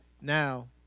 Now